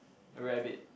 rabbit